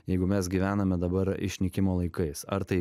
jeigu mes gyvename dabar išnykimo laikais ar tai